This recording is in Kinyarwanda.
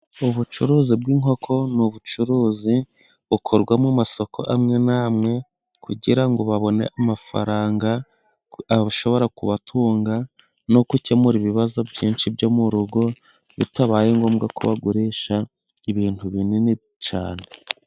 Ubucuruzi bw'inkoko n' ubucuruzi bukorwamo amasoko amwe n'amwe, kugira ngo babone amafaranga ,ashobora kubatunga no gukemura ibibazo byinshi byo mu rugo, bitabaye ngombwa ko bagurisha ibintu binini cyane